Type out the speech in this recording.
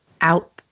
out